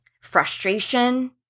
frustration